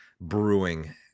brewing